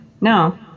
No